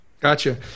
gotcha